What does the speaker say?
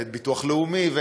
ואת הביטוח הלאומי,